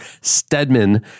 Stedman